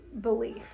belief